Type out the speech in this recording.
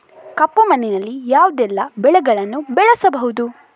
ಕಪ್ಪು ಮಣ್ಣಿನಲ್ಲಿ ಯಾವುದೆಲ್ಲ ಬೆಳೆಗಳನ್ನು ಬೆಳೆಸಬಹುದು?